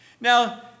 Now